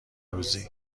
روزی